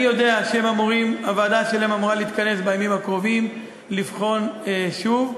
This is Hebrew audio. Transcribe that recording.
אני יודע שהוועדה שלהם אמורה להתכנס בימים הקרובים לבחון שוב.